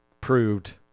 proved